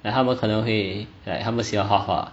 like 他们可能会 like 他们喜欢画画